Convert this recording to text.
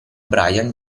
brian